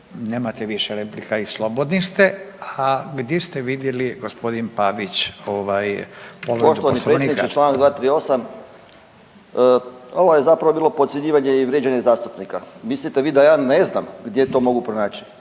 Nemate više replika i slobodni ste. A gdje ste vidjeli gospodin Pavić povredu Poslovnika? **Pavić, Željko (Nezavisni)** Poštovani predsjedniče, članak 238. Ovo je zapravo bilo podcjenjivanje i vrijeđanje zastupnika. Mislite vi da ja ne znam gdje to mogu pronaći?